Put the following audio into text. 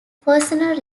personal